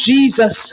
Jesus